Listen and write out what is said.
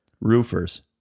Roofers